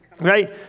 Right